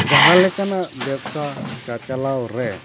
ᱡᱟᱦᱟᱸ ᱞᱮᱠᱟᱱᱟᱜ ᱵᱮᱵᱽᱥᱟ ᱪᱟᱪᱞᱟᱣ ᱨᱮ